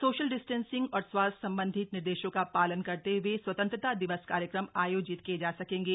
social distancing और स्वास्थ्य संबंधी निर्देशों का शालन करते हुए स्वतंत्रता दिवस कार्यक्रम आयोजित किये जा सकेंगे